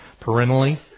parentally